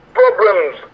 problems